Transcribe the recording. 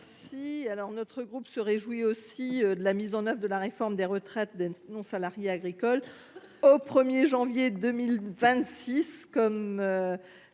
Le Houerou. Notre groupe se réjouit également de la mise en œuvre de la réforme des retraites des non salariés agricoles au 1 janvier 2026